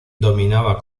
dominaba